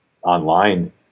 Online